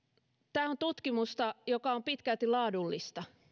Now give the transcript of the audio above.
tämä on tutkimusta joka on pitkälti laadullista